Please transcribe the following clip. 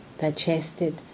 digested